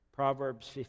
Proverbs